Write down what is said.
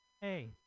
Hey